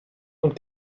und